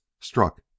struck